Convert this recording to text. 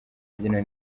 imbyino